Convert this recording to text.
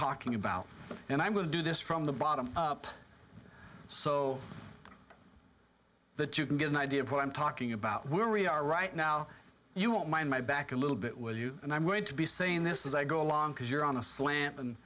talking about and i'm going to do this from the bottom up so that you can get an idea of what i'm talking about where we are right now you won't mind my back a little bit will you and i'm going to be saying this is i go along because you're on a slant and